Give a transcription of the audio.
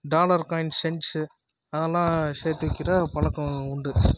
dollar coins cents அதல்லாம் சேர்த்து வைக்கிற பழக்கம் உண்டு